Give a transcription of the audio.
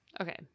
Okay